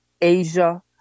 Asia